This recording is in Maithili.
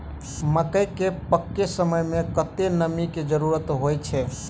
मकई केँ पकै समय मे कतेक नमी केँ जरूरत होइ छै?